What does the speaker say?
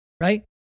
Right